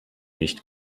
nicht